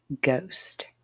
Ghost